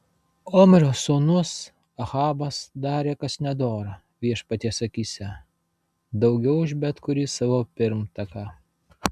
omrio sūnus ahabas darė kas nedora viešpaties akyse daugiau už bet kurį savo pirmtaką